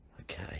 okay